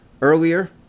earlier